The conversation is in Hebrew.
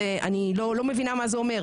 אני לא מבינה מה זה אומר,